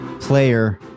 player